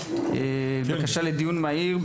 בבקשה לדיון מהיר,